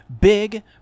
Big